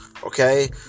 Okay